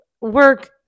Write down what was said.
work